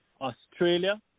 Australia